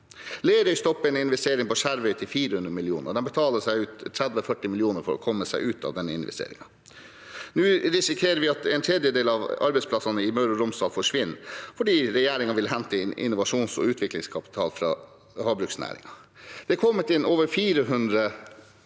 Lerøy stopper en investering på Skjervøy til 400 mill. kr. De betaler 30–40 mill. kr for å komme seg ut av den investeringen. Nå risikerer vi at en tredjedel av arbeidsplassene i Møre og Romsdal forsvinner fordi regjeringen vil hente inn innovasjons- og utviklingskapital fra havbruksnæringen. Det har kommet inn over 400